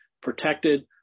protected